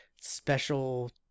special